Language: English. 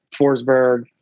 Forsberg